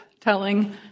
telling